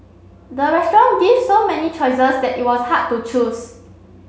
the restaurant give so many choices that it was hard to choose